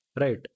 right